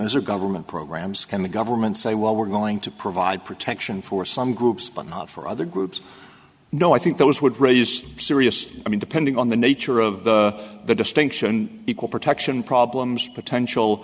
those are government programs can the government say well we're going to provide protection for some groups but not for other groups no i think those would raise serious i mean depending on the nature of the distinction equal protection problems potential